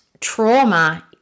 trauma